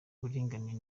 w’uburinganire